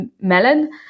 Melon